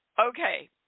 Okay